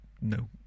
no